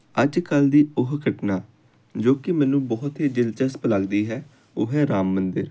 ਅੱਜ ਕੱਲ੍ਹ ਦੀ ਉਹ ਘਟਨਾ ਜੋ ਕਿ ਮੈਨੂੰ ਬਹੁਤ ਹੀ ਦਿਲਚਸਪ ਲੱਗਦੀ ਹੈ ਉਹ ਹੈ ਰਾਮ ਮੰਦਰ